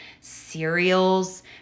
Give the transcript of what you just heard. cereals